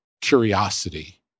curiosity